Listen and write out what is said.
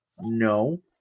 no